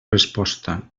resposta